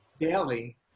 daily